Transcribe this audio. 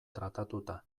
tratatuta